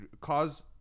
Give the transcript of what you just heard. cause